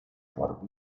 por